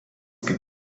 kaip